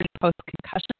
post-concussion